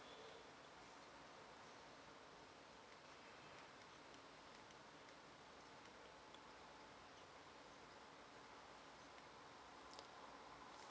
okay